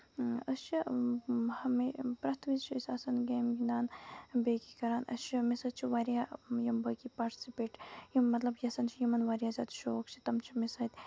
أسۍ چھِ ہمے پرٮ۪تھ وِزِ چھِ أسۍ آسان گیمہٕ گِندان بیٚیہِ کہِ کران أسۍ چھِ مےٚ سۭتۍ چھُ واریاہ یِم باقٕے پاٹسِپیٹ یِم مطلب یَژھان چھِ یِمن مطلب واریاہ زیادٕ شوق چھُ تِم چھِ مےٚ سۭتۍ